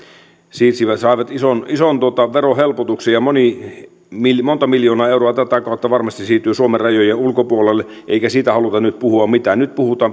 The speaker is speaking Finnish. saivat ison ison verohelpotuksen ja monta miljoonaa euroa tätä kautta varmasti siirtyi suomen rajojen ulkopuolelle eikä siitä haluta nyt puhua mitään nyt puhutaan